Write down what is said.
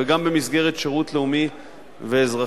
וגם במסגרת שירות לאומי ואזרחי,